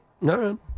No